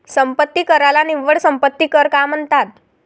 संपत्ती कराला निव्वळ संपत्ती कर का म्हणतात?